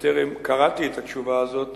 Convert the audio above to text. בטרם קראתי את התשובה הזאת